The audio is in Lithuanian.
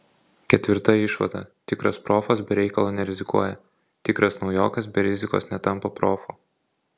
ketvirta išvada tikras profas be reikalo nerizikuoja tikras naujokas be rizikos netampa profu